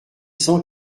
cent